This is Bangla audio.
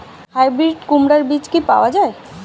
হাইব্রিড কুমড়ার বীজ কি পাওয়া য়ায়?